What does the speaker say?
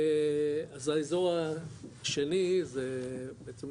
אז האזור השני זה בעצם,